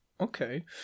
Okay